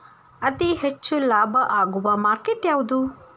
ಅತಿ ಹೆಚ್ಚು ಲಾಭ ಆಗುವ ಮಾರ್ಕೆಟ್ ಯಾವುದು?